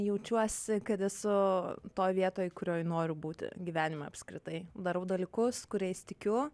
jaučiuosi kad esu toj vietoj kurioj noriu būti gyvenime apskritai darau dalykus kuriais tikiu